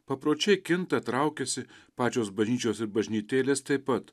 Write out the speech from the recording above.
papročiai kinta traukiasi pačios bažnyčios ir bažnytėlės taip pat